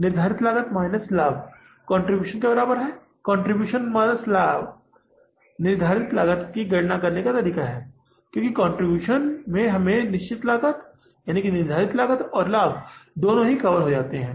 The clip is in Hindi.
निर्धारित लागत माइनस लाभ कंट्रीब्यूशन के बराबर हैकंट्रीब्यूशन माइनस लाभ निश्चित लागत की गणना करने का तरीका है क्योंकि कुल कंट्रीब्यूशन में हमें निश्चित लागत और लाभ दोनों को भी कवर करना होगा